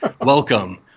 Welcome